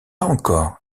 encore